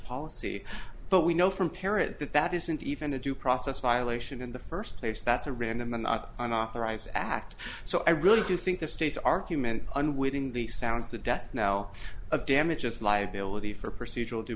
policy but we know from parrot that that isn't even a due process violation in the first place that's a random the unauthorized act so i really do think the state's argument unwittingly sounds the death knell of damages liability for procedural due